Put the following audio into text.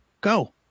go